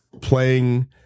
playing